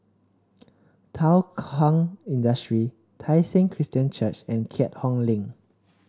Thow Kwang Industry Tai Seng Christian Church and Keat Hong Link